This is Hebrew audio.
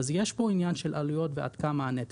יש כאן עניין של עלויות ועד כמה הנטל.